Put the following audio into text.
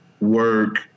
work